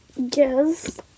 Yes